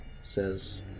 says